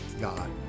God